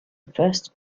first